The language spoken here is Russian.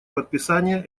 подписания